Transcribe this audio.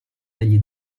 degli